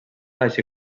així